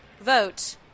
Vote